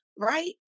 right